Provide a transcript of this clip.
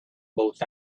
both